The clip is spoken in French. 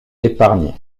épargnée